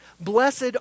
Blessed